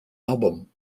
album